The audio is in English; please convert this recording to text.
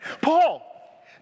Paul